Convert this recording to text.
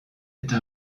eta